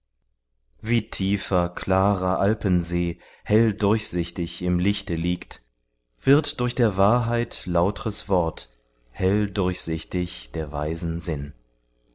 wie tiefer klarer alpensee hell durchsichtig im lichte liegt wird durch der wahrheit lautres wort hell durchsichtig der weisen sinn